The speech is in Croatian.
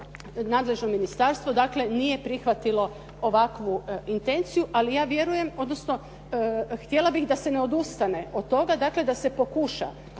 nadležno ministarstvo dakle nije prihvatilo ovakvu intenciju. Ali ja vjerujem, odnosno htjela bih da se ne odustane od toga, dakle da se pokuša